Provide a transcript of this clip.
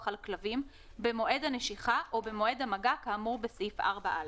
על כלבים במועד הנשיכה או במועד המגע כאמור בסעיף 4א,